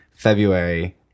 February